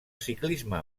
ciclisme